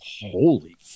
Holy